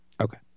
okay